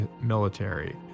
military